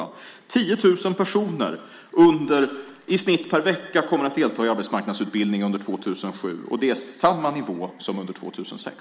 I snitt 10 000 personer per vecka kommer att delta i arbetsmarknadsutbildning under 2007. Det är samma nivå som under 2006.